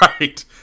Right